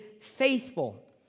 faithful